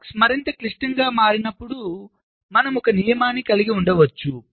blocks మరింత క్లిష్టంగా మారినప్పుడు మనము ఒక నియమాన్ని కలిగి ఉండవచ్చు